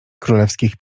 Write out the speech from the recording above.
królewskich